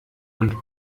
und